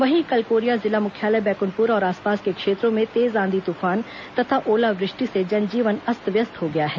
वहीं कल कोरिया जिला मुख्यालय बैकुंठपुर और आसपास के क्षेत्रों में तेज आंधी तुफान तथा ओलावृष्टि से जनजीवन अस्त व्यस्त हो गया है